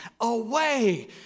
away